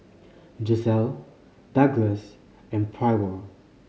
Gisele Douglas and Pryor